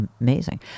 amazing